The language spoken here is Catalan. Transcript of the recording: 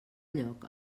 lloc